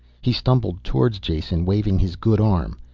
he stumbled towards jason, waving his good arm.